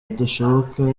bidashoboka